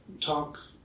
talk